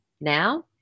now